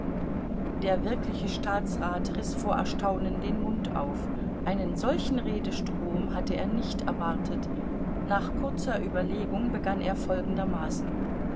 der wirkliche staatsrat riß vor erstaunen den mund auf einen solchen redestrom hatte er nicht erwartet nach kurzer überlegung begann er folgendermaßen